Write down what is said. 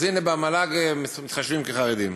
אז הנה, במל"ג הם נחשבים לחרדים.